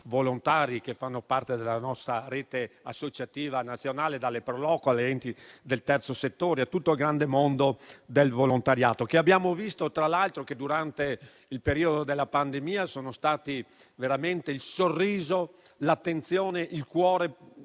volontari che fanno parte della nostra rete associativa nazionale, dalle pro loco agli enti del terzo settore a tutto il grande mondo del volontariato, che, come abbiamo visto, durante il periodo della pandemia hanno dato veramente il sorriso, l'attenzione e il cuore